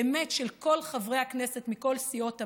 באמת של כל חברי הכנסת מכל סיעות הבית,